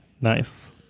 Nice